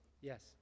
Yes